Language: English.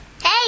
Hey